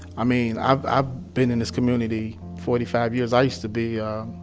i mean, i've ah been in this community forty five years, i used to be a